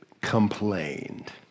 complained